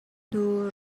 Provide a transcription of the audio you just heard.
hnu